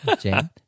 Jane